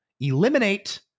eliminate